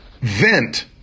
vent